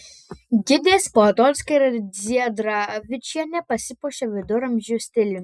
gidės potocka ir dziedravičienė pasipuošė viduramžių stiliumi